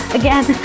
again